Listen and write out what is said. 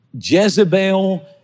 Jezebel